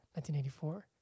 1984